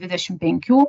dvidešim penkių